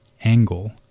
angle